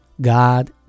God